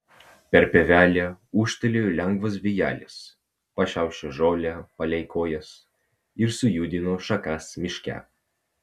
per pievelę ūžtelėjo lengvas vėjelis pašiaušė žolę palei kojas ir sujudino šakas miške